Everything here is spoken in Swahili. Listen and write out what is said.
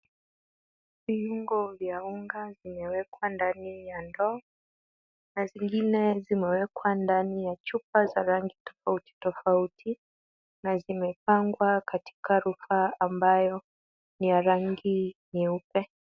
Viungo vya unga vimewekwa ndani ya ndoo na zingine zimewekwa ndani ya chupa za rangi tofauti tofauti na zimepangwa katika rufaa ambayo ni ya rangi nyeupe.